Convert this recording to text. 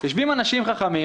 יושבים אנשים חכמים,